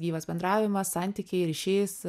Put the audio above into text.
gyvas bendravimas santykiai ryšys